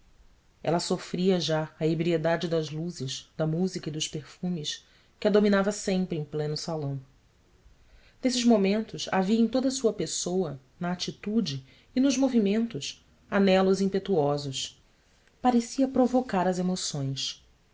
ela sofria já a ebriedade das luzes da música e dos perfumes que a dominava sempre em pleno salão nesses momentos havia em toda a sua pessoa na atitude e nos movimentos anelos impetuosos parecia provocar as emoções